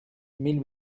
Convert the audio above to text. mille